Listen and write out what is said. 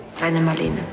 and um again